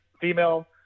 female